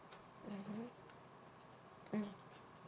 mm